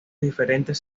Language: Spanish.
diferentes